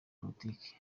politiki